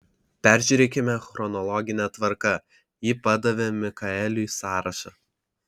peržiūrėkime chronologine tvarka ji padavė mikaeliui sąrašą